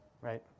Right